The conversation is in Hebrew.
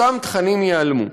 אותם תכנים ייעלמו.